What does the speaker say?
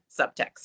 subtext